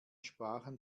sprachen